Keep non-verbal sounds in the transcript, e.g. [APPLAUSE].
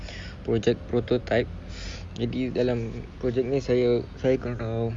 [BREATH] project prototype [BREATH] jadi dalam project ni saya saya kena